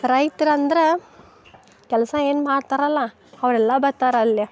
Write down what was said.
ರೈತ್ರು ಅಂದ್ರೆ ಕೆಲಸ ಏನು ಮಾಡ್ತಾರಲ್ಲ ಅವರೆಲ್ಲ ಬತ್ತಾರ ಅಲ್ಲೆ